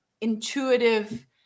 intuitive